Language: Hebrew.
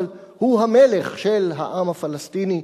אבל הוא המלך של העם הפלסטיני,